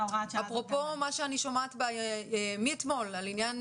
אפרופו מה שאני שומעת מאתמול על ענין